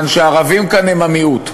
כי הערבים כאן הם המיעוט.